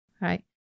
right